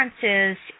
differences